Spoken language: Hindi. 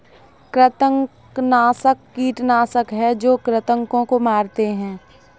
कृंतकनाशक कीटनाशक हैं जो कृन्तकों को मारते हैं